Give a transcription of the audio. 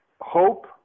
hope